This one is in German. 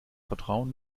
vertrauen